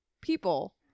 people